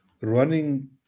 running